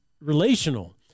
relational